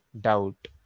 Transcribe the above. doubt